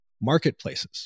marketplaces